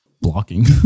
blocking